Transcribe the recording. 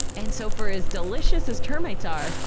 and so for as delicious as termites are,